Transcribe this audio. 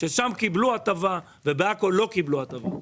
שם קיבלו הטבה ובעכו לא קיבלו הטבה.